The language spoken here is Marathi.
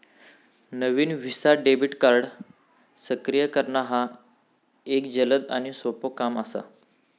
नवीन व्हिसा डेबिट कार्ड सक्रिय करणा ह्या एक जलद आणि सोपो काम असा